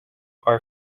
are